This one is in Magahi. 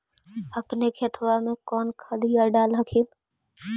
अपने खेतबा मे कौन खदिया डाल हखिन?